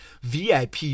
VIP